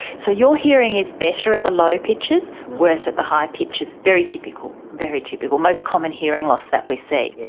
so your hearing is better at the low pitches, worse at the high pitches, very typical, very typical, most common hearing loss that we see.